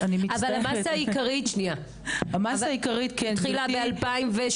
המאסה העיקרית התחילה ב-2018?